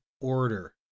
order